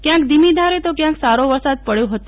ક્યાંક ધીમી ધારે તો ક્યાંક સારો વરસાદ પડ્યો તો